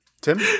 Tim